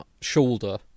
shoulder